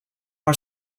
are